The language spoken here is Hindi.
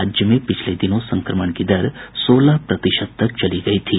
राज्य में पिछले दिनों संक्रमण की दर सोलह प्रतिशत तक चली गयी थी